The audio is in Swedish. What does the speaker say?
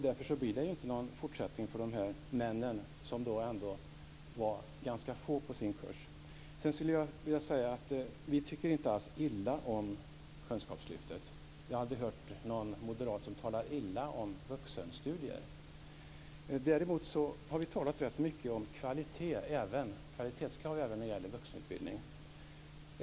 Därför blir det inte någon fortsättning för de här männen, som var ganska få på sin kurs. Vi tycker inte alls illa om kunskapslyftet. Jag har aldrig hört någon moderat tala illa om vuxenstudier. Däremot har vi talat mycket om kvalitetskrav även när det gäller vuxenutbildning.